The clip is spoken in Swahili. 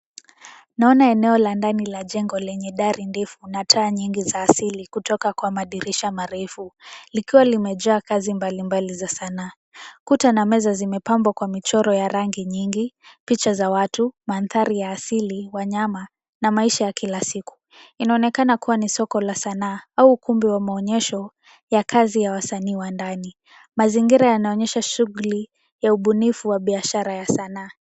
Naona eneo la ndani la jengo lenye dari ndefu na taa nyingi za asili kutoka kwa madirisha marefu, likiwa limejaa kazi mbalimbali za sanaa. Kuta na meza zimepambwa kwa michoro ya rangi nyingi, picha za watu, mandhari ya asili, wanyama na maisha ya kila siku, inaonekana kuwa ni soko la sanaa au ukumbi wa maonyesho ya kazi ya wasanii wa ndani. Mazingira yanaonyesha shughuli ya ubunifu wa biashara ya sanaa.